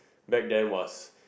back then was